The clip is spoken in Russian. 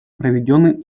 проведенный